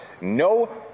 No